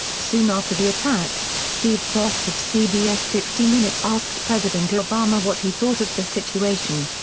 soon after the attack, steve kroft of cbs' sixty minutes asked president obama what he thought of the situation.